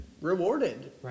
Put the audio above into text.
rewarded